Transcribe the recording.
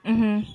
mmhmm